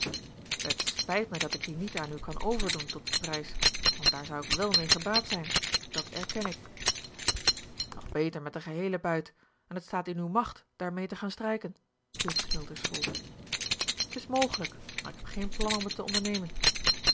het spijt mij dat ik die niet aan u kan overdoen tot dien prijs want daar zou ik wel mee gebaat zijn dat erken ik nog beter met den geheelen buit en het staat in uwe macht daarmee te gaan strijken hield smilders vol t is mogelijk maar ik heb geen plan om het te ondernemen